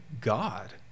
God